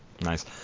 Nice